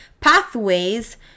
pathways